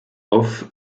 off